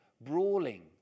brawling